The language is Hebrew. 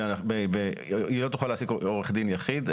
היא לא תוכל להעסיק עורך דין יחיד,